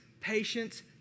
patience